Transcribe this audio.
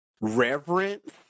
reverence